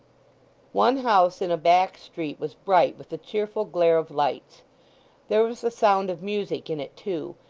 one house in a back street was bright with the cheerful glare of lights there was the sound of music in it too,